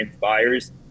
buyers